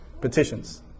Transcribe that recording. petitions